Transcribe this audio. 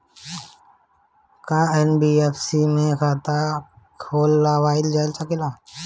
का एन.बी.एफ.सी में खाता खोलवाईल जा सकेला?